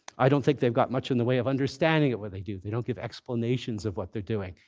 i don't think they've got much in the way of understanding of what they do. they don't give explanations of what they're doing.